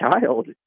child